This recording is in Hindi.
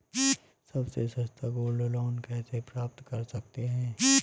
सबसे सस्ता गोल्ड लोंन कैसे प्राप्त कर सकते हैं?